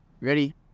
Ready